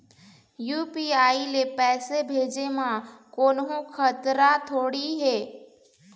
UPI ले पैसे भेजे म कोन्हो खतरा थोड़ी हे?